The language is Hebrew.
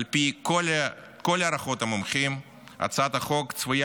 על פי כל הערכות המומחים הצעת החוק צפויה